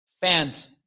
fans